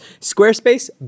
Squarespace